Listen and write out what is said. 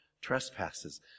trespasses